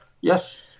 Yes